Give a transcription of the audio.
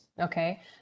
Okay